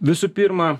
visų pirma